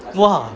!wah!